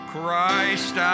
Christ